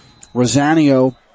Rosanio